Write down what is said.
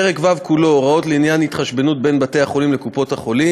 פרק ו' כולו (הוראות לעניין התחשבנות בין בתי-החולים לקופות-החולים),